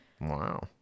Wow